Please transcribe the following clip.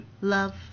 love